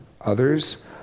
others